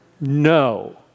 No